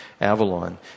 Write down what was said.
Avalon